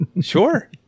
Sure